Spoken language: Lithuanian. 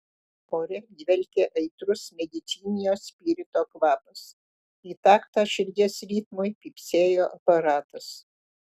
ore dvelkė aitrus medicininio spirito kvapas į taktą širdies ritmui pypsėjo aparatas